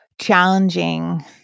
challenging